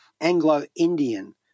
Anglo-Indian